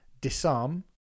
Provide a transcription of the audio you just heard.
Disarm